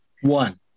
One